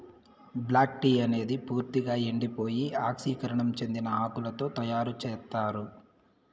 black tea అనేది పూర్తిక ఎండిపోయి ఆక్సీకరణం చెందిన ఆకులతో తయారు చేత్తారు